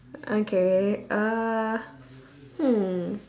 okay uh hmm